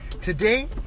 Today